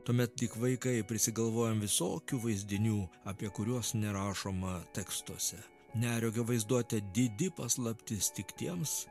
tuomet lyg vaikai prisigalvojam visokių vaizdinių apie kuriuos nerašoma tekstuose neregio vaizduotė didi paslaptis tik tiems